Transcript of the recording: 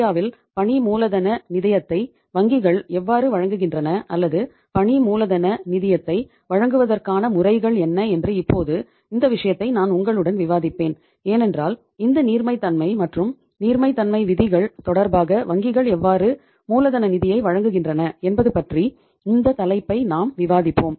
இந்தியாவில் பணி மூலதன நிதியத்தை வங்கிகள் எவ்வாறு வழங்குகின்றன அல்லது பணி மூலதன நிதியத்தை வழங்குவதற்கான முறைகள் என்ன என்று இப்போது இந்த விஷயத்தை நான் உங்களுடன் விவாதிப்பேன் ஏனென்றால் இந்த நீர்மைத்தன்மை மற்றும் நீர்மைத்தன்மை விகிதங்கள் தொடர்பாக வங்கிகள் எவ்வாறு மூலதன நிதியை வழங்குகின்றன என்பது பற்றின இந்த தலைப்பை நாம் விவாதிப்போம்